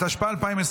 התשפ"ה 2025,